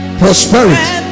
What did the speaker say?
prosperity